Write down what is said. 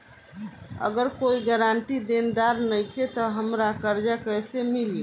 अगर कोई गारंटी देनदार नईखे त हमरा कर्जा कैसे मिली?